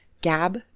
Gab